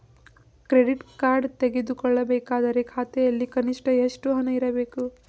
Credit card ತೆಗೆದುಕೊಳ್ಳಬೇಕಾದರೆ ಖಾತೆಯಲ್ಲಿ ಕನಿಷ್ಠ ಎಷ್ಟು ಹಣ ಇರಬೇಕು?